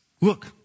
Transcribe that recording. Look